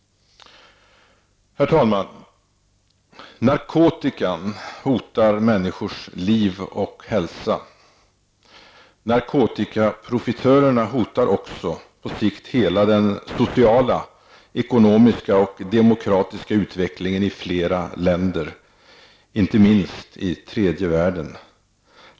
Herr talman! Narkotikan hotar människors liv och hälsa. Narkotikaprofitörerna hotar också på sikt hela den sociala, ekonomiska och demokratiska utvecklingen i flera länder, inte minst i tredje världen.